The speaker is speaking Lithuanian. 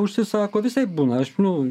užsisako visaip būna aš nu